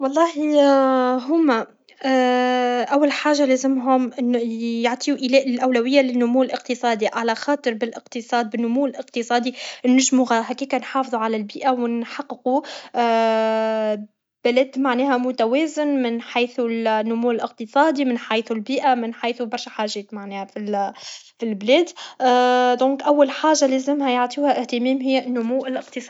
والله هما اول حاجه لازمهم يعطيو إيلاء أولوية للنمو الاقتصادي على خاطر بالاقتصاد و النمو الاقتصادي نجمو هكاك نحافظو على البيئه و نحققو يلد معناها متوازن من حيث النمو الاقتصادي من حيث البيئه من حيث برشه حاجات معناها فال فالبلاد دونك اول حاجه لازمها يعطيوها اهتمام هي النمو الاقتصادي